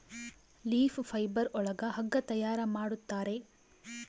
leaf fibre ಒಳಗ ಹಗ್ಗ ತಯಾರ್ ಮಾಡುತ್ತಾರೆ